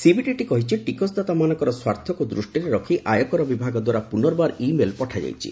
CBDT କହିଛି ଟିକସଦାତାମାନଙ୍କର ସ୍ୱାର୍ଥକୁ ଦୂଷ୍ଟିରେ ରଖି ଆୟକର ବିଭାଗ ଦ୍ୱାରା ପୁନର୍ବାର ଇ ମେଲ୍ ପଠାଯାଇଛି